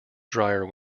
drier